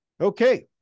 Okay